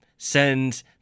send